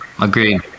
Agreed